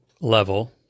level